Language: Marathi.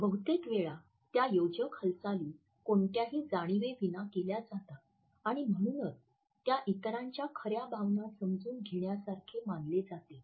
बहुतेक वेळा त्या योजक हालचाली कोणत्याही जाणीवेविना केल्या जातात आणि म्हणूनच त्या इतरांच्या खऱ्या भावना समजून घेण्यासारखे मानले जाते